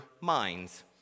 minds